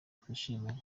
twishimiye